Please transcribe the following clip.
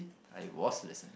I was listening